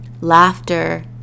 Laughter